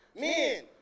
Men